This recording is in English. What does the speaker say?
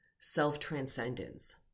self-transcendence